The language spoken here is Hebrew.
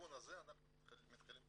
לכיוון הזה אנחנו נלחמים.